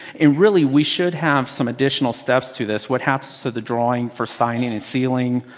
and really we should have some additional steps to this. what happens to the drawing for signing and sealing?